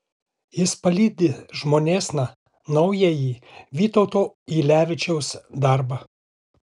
jis palydi žmonėsna naująjį vytauto ylevičiaus darbą